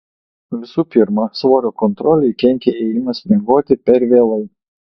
visų pirma svorio kontrolei kenkia ėjimas miegoti per vėlai